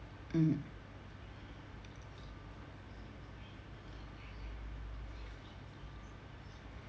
mm